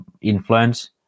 influence